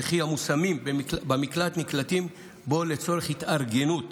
וכי המושמים במקלט נקלטים בו לצורך התארגנות,